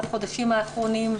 בחודשים האחרונים,